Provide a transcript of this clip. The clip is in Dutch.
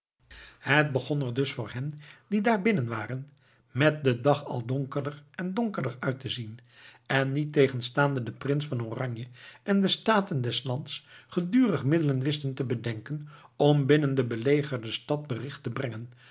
het begon er dus voor hen die daar binnen waren met den dag al donkerder en donkerder uit te zien en niettegenstaande de prins van oranje en de staten des lands gedurig middelen wisten te bedenken om binnen de belegerde stad bericht te brengen